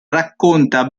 racconta